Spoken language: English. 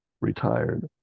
retired